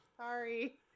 Sorry